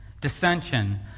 dissension